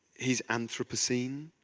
he's anthropocene.